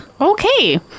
okay